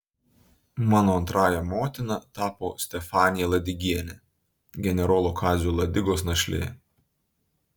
mano antrąja motina tapo stefanija ladigienė generolo kazio ladigos našlė